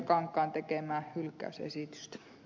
kankaan tekemää hylkäysesitystä